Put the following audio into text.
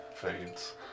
fades